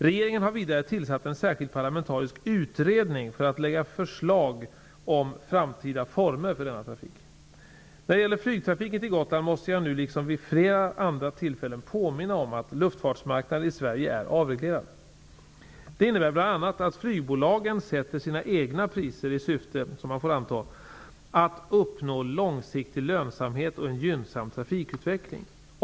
Regeringen har vidare tillsatt en särskild parlamentarisk utredning som skall lägga fram förslag om framtida former för denna trafik. När det gäller flygtrafiken till Gotland måste jag nu liksom vid flera andra tillfällen påminna om att luftfartsmarknaden i Sverige är avreglerad. Det innebär bl.a. att flygbolagen sätter sina egna priser i syfte, som man får anta, att uppnå långsiktig lönsamhet och en gynnsam trafikutveckling.